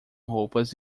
roupas